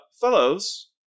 fellows